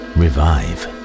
revive